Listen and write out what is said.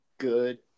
good